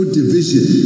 division